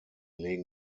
legen